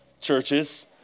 churches